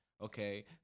okay